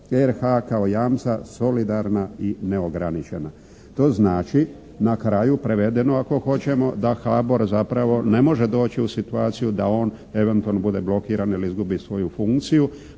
RH kao jamca solidarna i neograničena. To znači na kraju prevedeno ako hoćemo da HBOR zapravo ne može doći u situaciju da on eventualno bude blokiran ili izgubi svoju funkciju